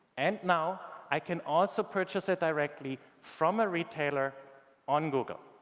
and now i can also purchase it directly from a retailer on google.